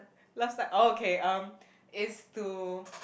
love side oh okay um is to